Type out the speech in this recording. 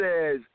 says